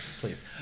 Please